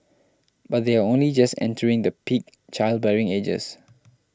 but they are only just entering the peak childbearing ages